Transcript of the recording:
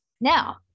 now